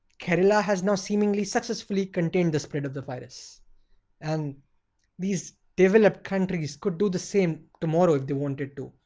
kerala has now seemingly successfully contained the spread of the virus and these developed countries could do the same tomorrow if they wanted to.